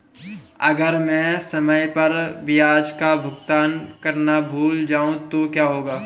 अगर मैं समय पर ब्याज का भुगतान करना भूल जाऊं तो क्या होगा?